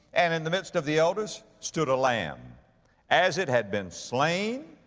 and in the midst of the elders, stood a lamb as it had been slain,